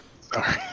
Sorry